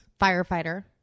Firefighter